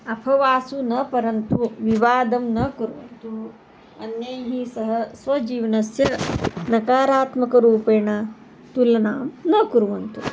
अफवासु न परन्तु विवादं न कुर्वन्तु अन्यैः सह स्वजीवनस्य नकारात्मकरूपेण तुलनां न कुर्वन्तु